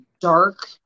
dark